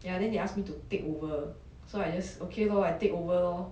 ya then they ask me to take over so I just okay lor I take over lor